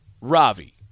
Ravi